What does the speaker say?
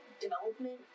development